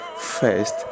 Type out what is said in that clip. first